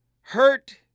hurt